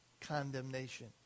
condemnation